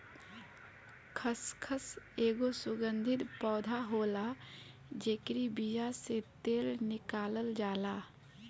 खसखस एगो सुगंधित पौधा होला जेकरी बिया से तेल निकालल जाला